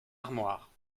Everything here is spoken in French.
armoire